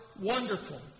wonderful